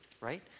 right